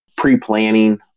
Pre-planning